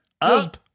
up